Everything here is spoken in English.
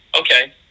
okay